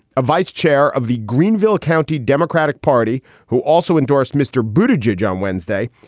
a vice chair of the greenville county democratic party who also endorsed mr. bhuta jej jej on wednesday,